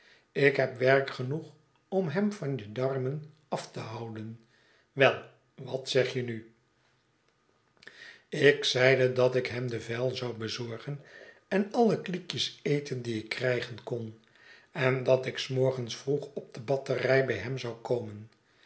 ik heb werk genoeg om hem van je darmen af te houden wei wat zeg je nu ik zeide dat ik hem de vijl zou bezorgen en alle kliekjes eten die ik krijgen kon endatik s morgens vroeg op de batterij bij hem zou komen